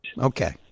Okay